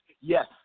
Yes